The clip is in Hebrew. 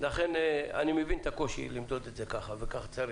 אני מבין את הקושי למדוד את זה ככה, אבל ככה צריך.